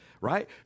right